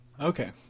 Okay